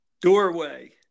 Doorway